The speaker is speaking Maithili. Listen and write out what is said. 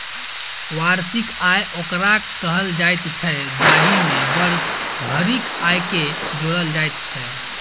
वार्षिक आय ओकरा कहल जाइत छै, जाहि मे वर्ष भरिक आयके जोड़ल जाइत छै